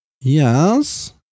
yes